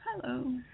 Hello